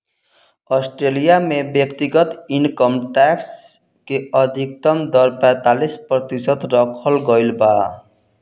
Australia में व्यक्तिगत income tax के अधिकतम दर पैतालीस प्रतिशत रखल गईल बा